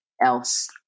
else